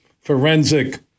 forensic